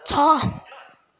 छ